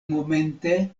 momente